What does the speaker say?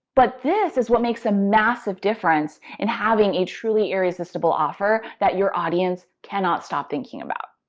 but this is what makes a massive difference in having a truly irresistible offer that your audience cannot stop thinking about.